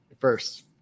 First